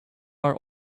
our